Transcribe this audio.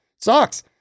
Sucks